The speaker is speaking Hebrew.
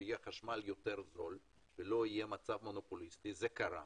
חשמל יותר זול ולא יהיה מצב מונופוליסטי, זה קרה.